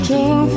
King